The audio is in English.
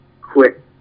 quick